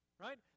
Right